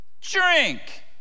drink